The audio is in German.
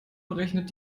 berechnet